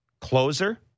Closer